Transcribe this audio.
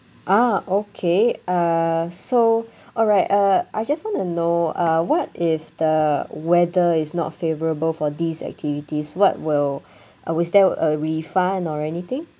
ah okay uh so alright uh I just want to know uh what if the weather is not favourable for these activities what will uh is there a refund or anything